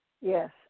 Yes